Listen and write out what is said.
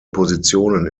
positionen